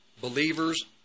believers